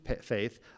faith